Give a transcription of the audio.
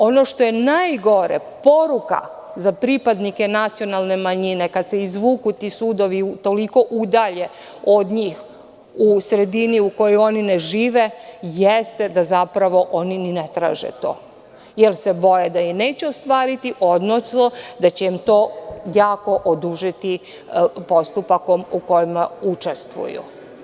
Ono što je najgora poruka za pripadnike nacionalne manjine, kada se izvuku ti sudovi i toliko udalje od njih u sredini u kojoj oni ne žive, jeste da zapravo oni ni ne traže to, jer se boje da je neće ostvariti, odnosno da će im to jako odužiti postupak u kome učestvuju.